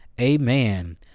Amen